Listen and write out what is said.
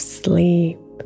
sleep